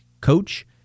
coach